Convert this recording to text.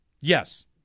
Yes